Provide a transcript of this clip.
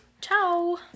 Ciao